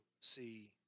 see